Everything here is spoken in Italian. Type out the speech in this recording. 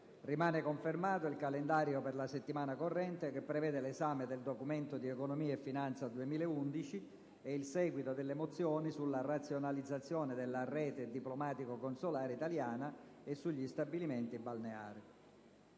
Rimane confermato il calendario per la settimana corrente che prevede l'esame del Documento di economia e finanza 2011 e il seguito delle mozioni sulla razionalizzazione della rete diplomatico-consolare italiana e sugli stabilimenti balneari.